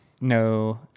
No